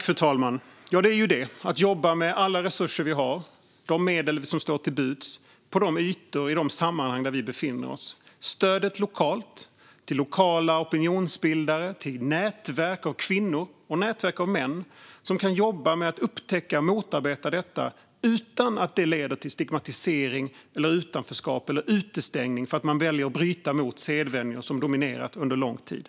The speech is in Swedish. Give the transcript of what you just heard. Fru talman! Ja, det gäller att jobba med alla resurser vi har och de medel som står till buds på de ytor och i de sammanhang vi befinner oss. Det handlar om stöd till lokala opinionsbildare och till nätverk av kvinnor och nätverk av män som kan jobba med att upptäcka och motarbeta detta utan att det leder till stigmatisering, utanförskap eller utestängning för att man väljer att bryta mot sedvänjor som dominerat under lång tid.